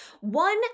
one